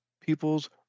people's